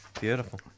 Beautiful